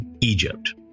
Egypt